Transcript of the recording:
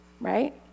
right